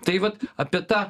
tai vat apie tą